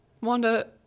wanda